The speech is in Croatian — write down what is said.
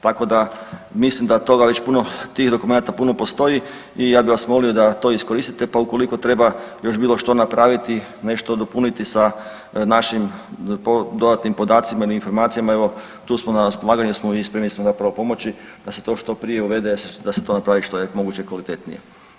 Tako da mislim da toga već puno, tih dokumenata puno postoji i ja bi vas molio da to iskoristite pa ukoliko treba još bilo što napraviti, nešto dopuniti sa našim dodatnim podacima ili informacijama evo tu smo, na raspolaganju smo i spremni smo zapravo pomoći da se to što prije uvede, da se to napravi što je moguće kvalitetnije.